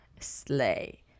sleigh